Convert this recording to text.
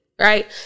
right